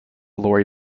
lori